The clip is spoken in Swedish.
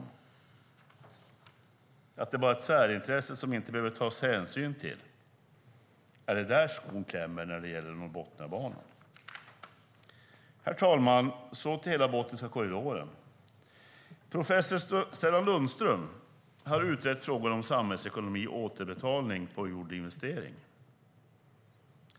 Är svensk industri ett särintresse som det inte behöver tas hänsyn till? Är det där skon klämmer när det gäller Norrbotniabanan? Herr talman! Så går jag över till frågan om hela Botniska korridoren. Professor Stellan Lundström har utrett frågan om samhällsekonomi och återbetalning på en gjord investering.